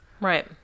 Right